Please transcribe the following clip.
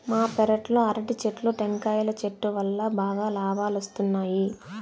మా పెరట్లో అరటి చెట్లు, టెంకాయల చెట్టు వల్లా బాగా లాబాలొస్తున్నాయి